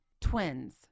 twins